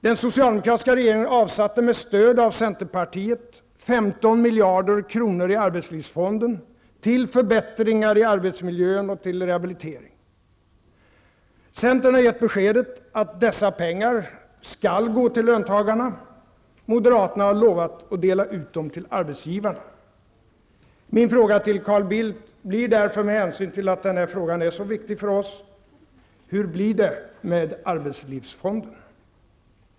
Den socialdemokratiska regeringen avsatte, med stöd av centerpartiet, 15 miljarder kronor i arbetslivsfonden till förbättringar av arbetsmiljön och till rehabilitering. Centern har givit beskedet att dessa pengar skall gå till löntagarna. Moderaterna har lovat att dela ut dem till arbetsgivarna. Min fråga till Carl Bildt blir därför, med hänsyn till att denna fråga är så viktig för oss: Hur blir det med arbetslivsfonden?